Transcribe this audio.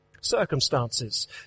Circumstances